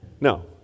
No